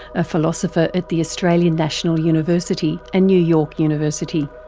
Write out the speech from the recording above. a philosopher at the australian national university and new york university.